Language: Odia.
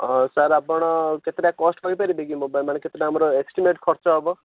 ହଁ ସାର୍ ଆପଣ କେତେଟା କଷ୍ଟ କହିପାରିବେ କି ମୋବାଇଲ୍ର କେତେ ଟଙ୍କା ଆମର ଏସଟିମେଟ୍ ଖର୍ଚ୍ଚ ହବ